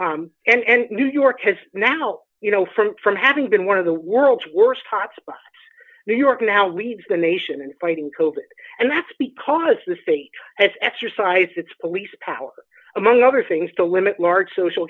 copd and new york has now you know from from having been one of the world's worst hot spots new york now leads the nation in fighting coves and that's because the state has exercised its police powers among other things to limit large social